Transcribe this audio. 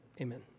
Amen